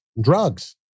drugs